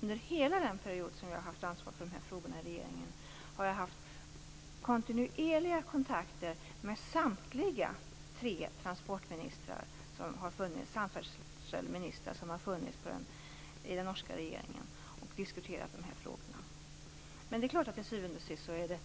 Under hela den period som jag har haft ansvar för de här frågorna i regeringen har jag haft kontinuerliga kontakter med samtliga de tre samfärdselministrar som har funnits i den norska regeringen och diskuterat de här frågorna. Men till syvende och sist är det